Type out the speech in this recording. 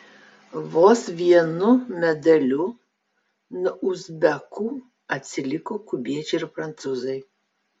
vos vienu medaliu nuo uzbekų atsiliko kubiečiai ir prancūzai